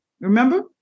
Remember